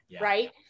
right